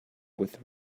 with